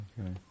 Okay